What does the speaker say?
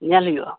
ᱧᱮᱞ ᱦᱩᱭᱩᱜᱼᱟ